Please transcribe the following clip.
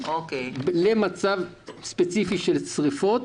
למצב ספציפי של שרפות,